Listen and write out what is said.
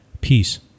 Peace